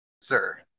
sir